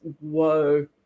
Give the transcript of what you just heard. whoa